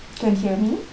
can hear me